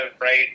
right